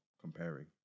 comparing